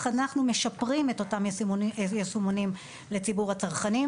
אנחנו משפרים את אותם יישומונים לציבור הצרכנים.